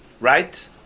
Right